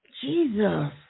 Jesus